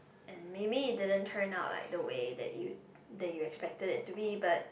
and maybe it didn't turn out like the way that you that you expected it to be but